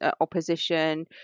opposition